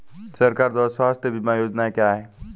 सरकार द्वारा स्वास्थ्य बीमा योजनाएं क्या हैं?